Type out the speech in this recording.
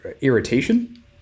irritation